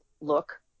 look